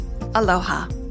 aloha